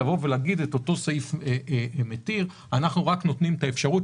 להגיד שלגבי הסעיף המתיר אנחנו רק נותנים את האפשרות,